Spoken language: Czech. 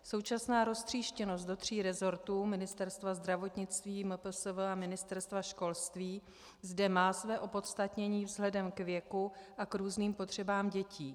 Současná roztříštěnost do tří resortů, Ministerstva zdravotnictví, MPSV a Ministerstva školství, zde má své opodstatnění vzhledem k věku a k různým potřebám dětí.